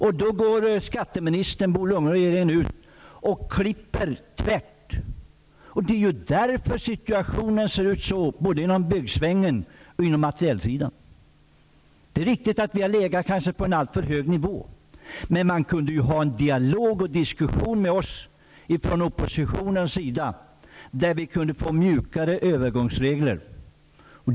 Och då går skatteministern Bo Lundgren och regeringen ut och klipper tvärt. Det är därför situationen ser ut som den gör både inom byggsvängen och på materielsidan. Det är riktigt att vi kanske har legat på en alltför hög nivå, men man kunde ju föra en dialog och diskussion med oss från oppositionens sida om mjukare övergångsregler.